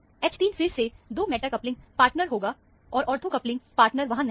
H3 फिर से दो मेटा कपलिंग पार्टनर होगा और ऑर्थो कपलिंग पार्टनर वहां पर नहीं है